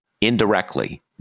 indirectly